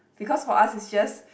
because for us it's just